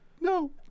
No